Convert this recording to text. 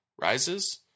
Rises